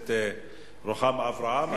הכנסת רוחמה אברהם.